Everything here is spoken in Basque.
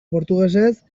portugesez